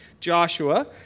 Joshua